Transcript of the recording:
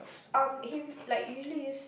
um heavy like usually use